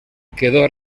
quedó